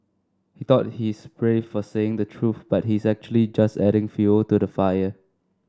he thought he's brave for saying the truth but he's actually just adding fuel to the fire